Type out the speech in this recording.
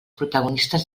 protagonistes